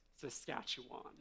Saskatchewan